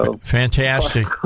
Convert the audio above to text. Fantastic